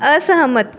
असहमत